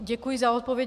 Děkuji za odpověď.